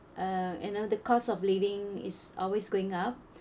uh you know the cost of living is always going up